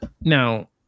Now